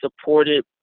supported